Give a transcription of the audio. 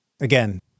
Again